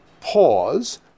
pause